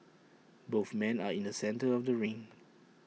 both men are in the centre of the ring